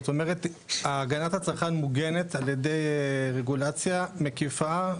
הגנת הצרכן מוגנת על ידי רגולציה מקיפה,